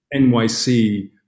NYC